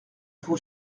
vous